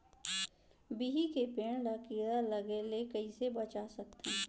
बिही के पेड़ ला कीड़ा लगे ले कइसे बचा सकथन?